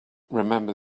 remember